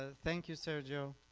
ah thank you sergio.